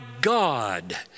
God